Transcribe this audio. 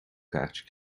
kaartje